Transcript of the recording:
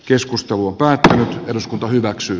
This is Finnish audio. keskustan vuokra että eduskunta hyväksyi